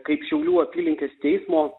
kaip šiaulių apylinkės teismo